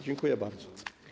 Dziękuję bardzo.